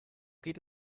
geht